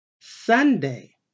Sunday